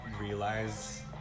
realize